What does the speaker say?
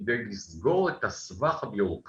כל זאת, על מנת לסגור את הסבך הביוגרפי